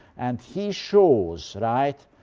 and he shows right